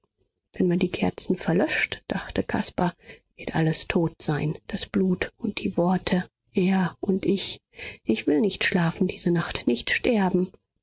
wenn man die kerzen verlöscht dachte caspar wird alles tot sein das blut und die worte er und ich ich will nicht schlafen diese nacht nicht sterben